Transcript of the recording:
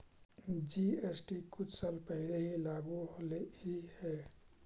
GST कुछ साल पहले ही लागू होलई हे